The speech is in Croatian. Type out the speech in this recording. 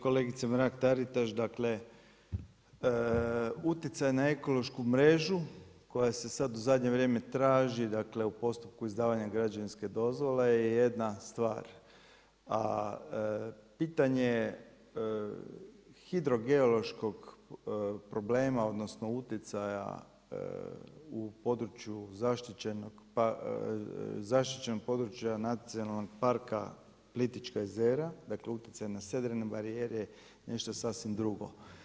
Kolegica Mrak-Taritaš, dakle utjecaj na ekološku mrežu koja se sad u zadnje vrijeme traži, dakle u postupku izdavanja građevinske dozvole je jedna stvar, a pitanje hidro geološkog problema, odnosno utjecaja u području zaštićenog područja Nacionalnog parka Plitvička jezera, dakle utjecaj na sedrene barijere je nešto sasvim drugo.